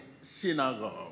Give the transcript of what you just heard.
synagogue